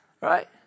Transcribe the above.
Right